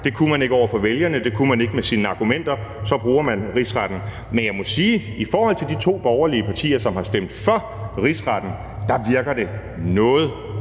Det kunne man ikke over for vælgerne, det kunne man ikke med sine argumenter; så bruger man Rigsretten. Kl. 15:14 Men jeg må sige, at i forhold til de to borgerlige partier, som har stemt for rigsretssagen, at det da virker noget